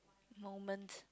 moment